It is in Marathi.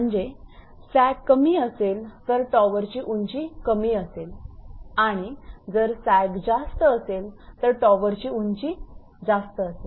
म्हणजे सॅग कमी असेल तर टॉवरची उंची कमी असेल आणि जर सॅग जास्त असेल तर टॉवरची उंची जास्त असेल